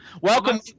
welcome